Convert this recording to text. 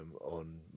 on